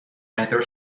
either